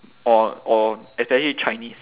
or or especially chinese